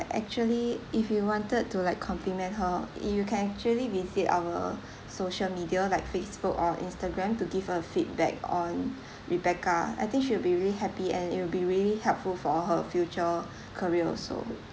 actually if you wanted to like compliment her you can actually visit our social media like facebook or instagram to give a feedback on rebecca I think she'll be really happy and it will be really helpful for her future career also